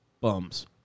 bums